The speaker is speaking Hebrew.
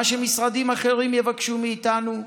מה שמשרדים אחרים יבקשו מאיתנו,